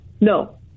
No